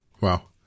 Wow